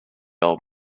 old